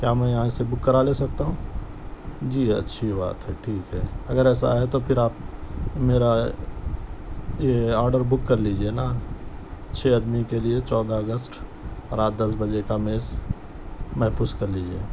کیا میں یہیں سے بک کرا لے سکتا ہوں جی اچھی بات ہے ٹھیک ہے اگر ایسا ہے تو پھر آپ میرا آرڈر بک کر لیجئے نا چھ آدمی کے لئے چودہ اگست رات دس بجے کا میز محفوظ کر لیجیے